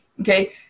okay